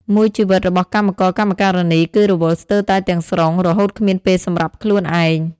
មួយជីវិតរបស់កម្មករកម្មការិនីគឺរវល់ស្ទើរតែទាំងស្រុង រហូតគ្មានពេលសម្រាប់ខ្លួនឯង។